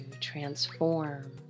transform